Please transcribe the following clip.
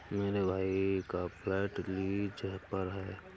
मेरे भाई का फ्लैट लीज पर है